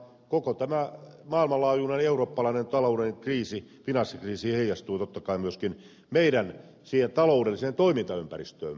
koko tämä maailmanlaajuinen eurooppalainen taloudellinen kriisi finanssikriisi heijastui totta kai myöskin meidän taloudelliseen toimintaympäristöömme